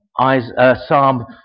Psalm